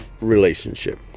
relationship